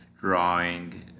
drawing